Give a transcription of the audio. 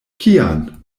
kian